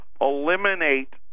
eliminate